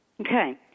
Okay